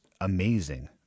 amazing